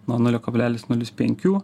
nuo nulio kablelis nulis penkių